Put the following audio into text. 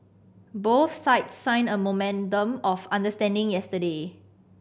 both sides signed a memorandum of understanding yesterday